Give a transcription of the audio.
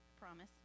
promise